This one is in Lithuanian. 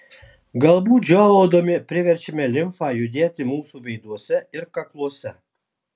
galbūt žiovaudami priverčiame limfą judėti mūsų veiduose ir kakluose